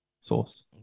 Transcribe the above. source